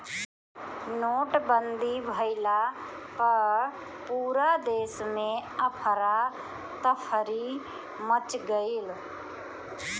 नोटबंदी भइला पअ पूरा देस में अफरा तफरी मच गईल